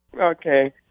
Okay